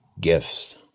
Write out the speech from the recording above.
Gifts